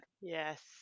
Yes